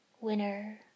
Winner